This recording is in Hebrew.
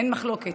אין מחלוקת,